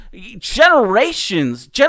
generations